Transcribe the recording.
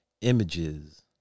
images